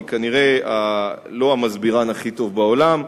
אני כנראה לא המסבירן הכי טוב בעולם,